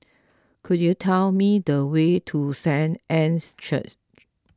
could you tell me the way to Saint Anne's Church